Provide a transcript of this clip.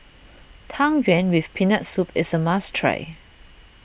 Tang Yuen with Peanut Soup is a must try